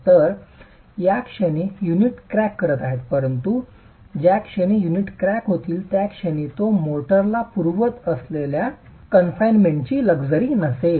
तर त्या क्षणी युनिट क्रॅक करत आहे परंतु ज्या क्षणी युनिट क्रॅक होईल त्या क्षणी तो मोर्टारला पुरवत असलेल्या कनफाईंडमेंट लक्झरी नसेल